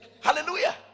Hallelujah